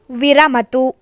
विरमतु